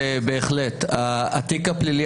בהחלט התיק הפלילי,